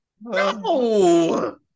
no